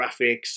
graphics